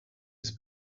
his